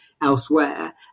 elsewhere